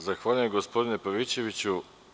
Zahvaljujem, gospodine Pavićeviću.